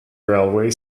railway